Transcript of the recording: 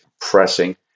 compressing